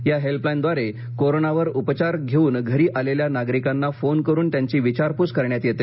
या हेल्पलाईनद्वारे कोरोनावर उपचार घेऊन घरी आलेल्या नागरिकांना फोन करून त्यांची विचारपूस करण्यात येते